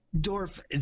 Dorf